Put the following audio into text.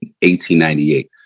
1898